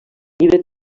llibre